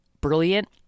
brilliant